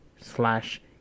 slash